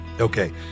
Okay